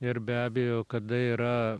ir be abejo kada yra